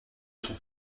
son